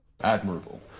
Admirable